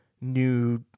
new